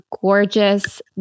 gorgeous